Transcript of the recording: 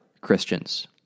Christians